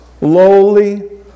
lowly